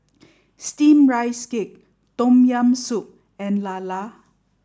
steamed rice cake Tom Yam Soup and Lala